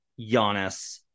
Giannis